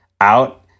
out